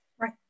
Right